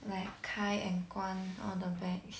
like 开 and 关 all the bags